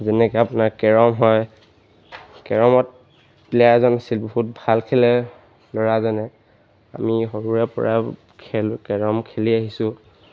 যেনেকৈ আপোনাৰ কেৰম হয় কেৰমত প্লেয়াৰ এজন আছিল বহুত ভাল খেলে ল'ৰাজনে আমি সৰুৰে পৰা খেল কেৰম খেলি আহিছোঁ